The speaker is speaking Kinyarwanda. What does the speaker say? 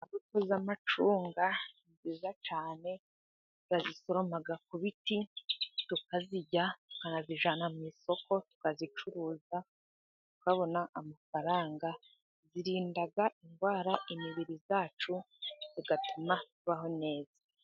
Imbuto y'amacunga ni nziza cyane, bazisoroma ku biti tukazirya kanabijana mu isoko tukazicuruza ukabona amafaranga, zirinda indwara imibiri yacu bigatuma ibaho neza.